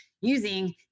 using